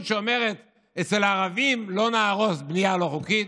שאומרת: אצל הערבים לא נהרוס בנייה לא חוקית,